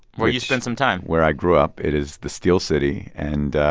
where you spent some time where i grew up. it is the steel city. and